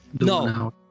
no